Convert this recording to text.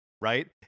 right